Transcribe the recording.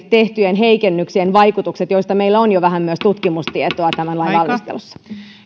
tehtyjen heikennyksien vaikutukset joista meillä on jo vähän myös tutkimustietoa tämän lain valmistelussa